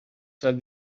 said